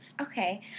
Okay